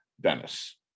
Dennis